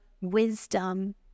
wisdom